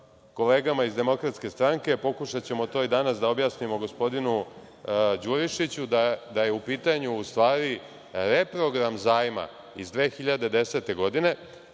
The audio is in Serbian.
kolegama iz Demokratske stranke, pokušaćemo to i danas da objasnimo gospodinu Đurišiću da je u pitanju u stvari reprogram zajma iz 2010. godine,